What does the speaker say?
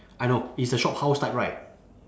I know it's the shophouse type right